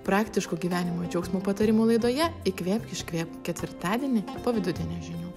praktiško gyvenimo džiaugsmo patarimų laidoje įkvėpk iškvėpk ketvirtadienį po vidudienio žinių